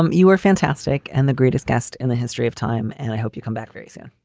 um you are fantastic. and the greatest guest in the history of time. and i hope you come back very soon.